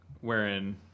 wherein